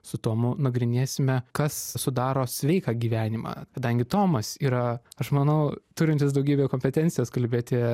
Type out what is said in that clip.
su tomu nagrinėsime kas sudaro sveiką gyvenimą kadangi tomas yra aš manau turintis daugybę kompetencijos kalbėti